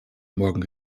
morgen